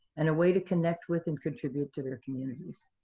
and a way to connect with and contribute to their communities.